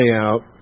out